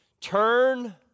Turn